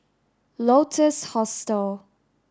Lotus Hostel